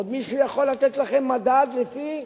עוד מישהו יכול לתת לכם מדד לפי